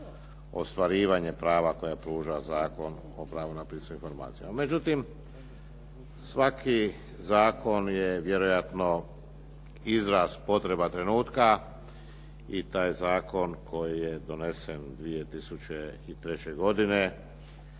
ostvarivanje prava koja pruža Zakon o pravu na pristup informacijama. Međutim, svaki zakon je vjerojatno izraz, potreba trenutka i taj zakon koji je donesen 2003. godine